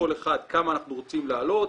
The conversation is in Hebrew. לכל אחד, כמה אנחנו רוצים להעלות.